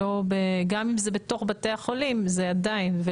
גם אם זה בתוך בתי החולים זה עדיין.